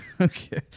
Okay